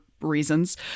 reasons